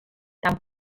tant